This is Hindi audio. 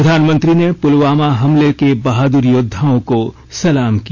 प्रधानमंत्री ने पुलवामा हमले के बहादुर योद्वाओं को सलाम किया